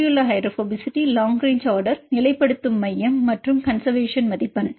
சுற்றியுள்ள hydrophobicity long range order நிலைப்படுத்தும் மையம் மற்றும் கன்செர்வேசன் மதிப்பெண்